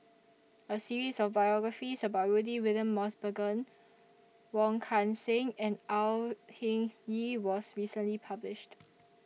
A series of biographies about Rudy William Mosbergen Wong Kan Seng and Au Hing Yee was recently published